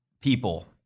people